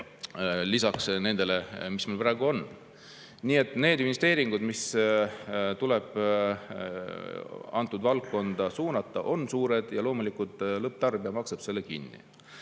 lisaks nendele, mis meil praegu on. Nii et need investeeringud, mis tuleb sellesse valdkonda suunata, on suured. Ja loomulikult lõpptarbija maksab selle kinni.